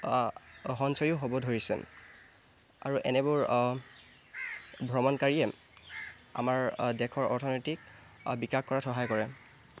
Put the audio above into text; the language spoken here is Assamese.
সঞ্চয়ো হ'ব ধৰিছে আৰু এনেবোৰ ভ্ৰমণকাৰীয়ে আমাৰ দেশৰ অৰ্থনীতিত বিকাশ কৰাত সহায় কৰে